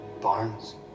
Barnes